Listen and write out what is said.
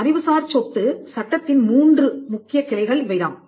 அறிவுசார் சொத்து சட்டத்தின் மூன்று முக்கிய கிளைகள் இவைதாம்